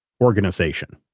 organization